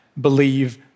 believe